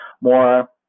more